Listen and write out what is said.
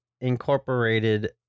incorporated